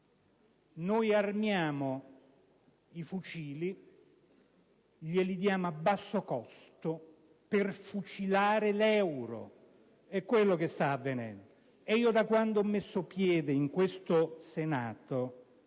noi armiamo i fucili, dandoli a basso costo, per fucilare l'euro. È quello che sta avvenendo. Da quando ho messo piede in questo Senato